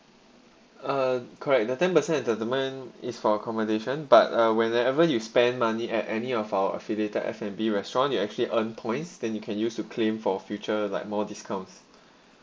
uh correct the ten percent entertainment is for accommodation but uh whenever you spend money at any of our affiliated f and b restaurant you actually earn points then you can use to claim for future like more discounts